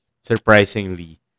Surprisingly